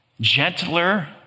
gentler